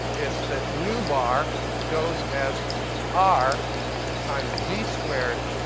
it's that nu bar goes as r times z squared,